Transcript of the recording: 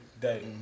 day